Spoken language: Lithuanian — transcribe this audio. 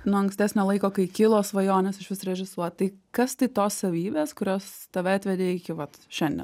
nuo ankstesnio laiko kai kilo svajonės išvis režisuot tai kas tai tos savybės kurios tave atvedė iki vat šiandien